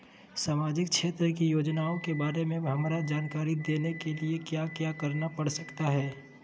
सामाजिक क्षेत्र की योजनाओं के बारे में हमरा जानकारी देने के लिए क्या क्या करना पड़ सकता है?